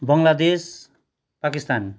Bangladesh Pakistan